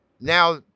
now